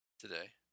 today